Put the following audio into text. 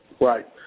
Right